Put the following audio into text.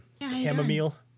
chamomile